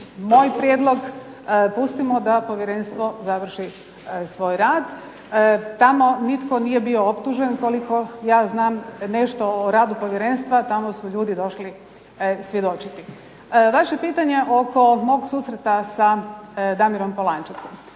moj prijedlog, pustimo da povjerenstvo završi svoj rad. Tamo nitko nije bio optužen koliko ja znam nešto o radu povjerenstva, tamo su ljudi došli svjedočiti. Vaše pitanje oko mog susreta sa Damirom Polančecom.